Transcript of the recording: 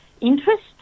interest